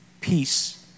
Peace